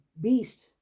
beast